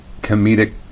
comedic